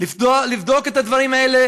לבדוק את הדברים האלה